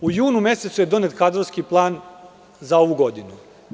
U junu mesecu je donet kadrovski plan za ovu godinu.